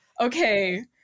okay